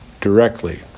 directly